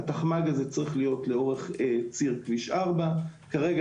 התחמ"ג הזה צריך להיות לאורך ציר כביש 4. כרגע